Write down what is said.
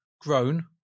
grown